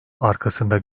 arkasında